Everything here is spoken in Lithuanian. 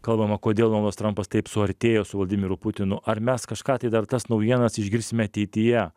kalbama kodėl donaldas trampas taip suartėjo su vladimiru putinu ar mes kažką tai dar tas naujienas išgirsime ateityje